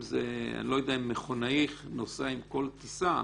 אני לא יודע אם מכונאי נוסע עם כל טיסה.